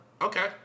Okay